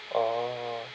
orh